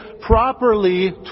properly